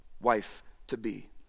wife-to-be